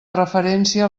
referència